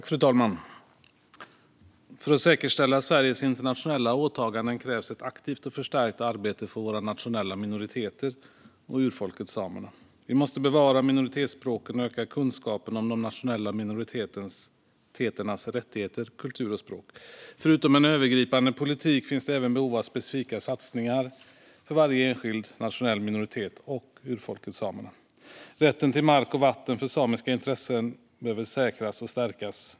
Fru talman! För att säkerställa Sveriges internationella åtaganden krävs ett aktivt och förstärkt arbete för våra nationella minoriteter och urfolket samerna. Vi måste bevara minoritetsspråken och öka kunskapen om de nationella minoriteternas rättigheter, kultur och språk. Förutom en övergripande politik finns det även behov av specifika satsningar för varje enskild nationell minoritet och urfolket samerna. Rätten till mark och vatten för samiska intressen behöver säkras och stärkas.